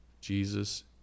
Jesus